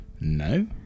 No